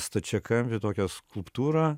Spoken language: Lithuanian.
stačiakampį tokią skulptūrą